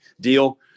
deal